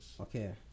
Okay